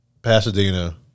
Pasadena